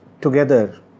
together